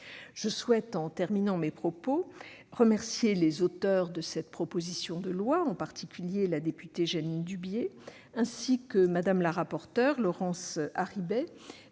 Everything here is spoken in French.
Je souhaite terminer mes propos en remerciant les auteurs de cette proposition de loi, en particulier la députée Jeanine Dubié, ainsi que Mme la rapporteure, Laurence Harribey,